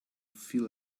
feel